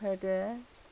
ওতে